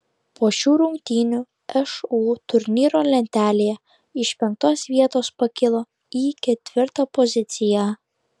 po šių rungtynių šu turnyro lentelėje iš penktos vietos pakilo į ketvirtą poziciją